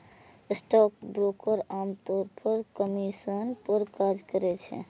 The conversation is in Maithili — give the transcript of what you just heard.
स्टॉकब्रोकर आम तौर पर कमीशन पर काज करै छै